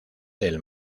del